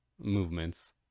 movements